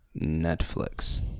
Netflix